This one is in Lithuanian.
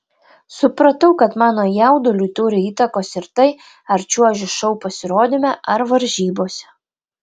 supratau kad mano jauduliui turi įtakos ir tai ar čiuožiu šou pasirodyme ar varžybose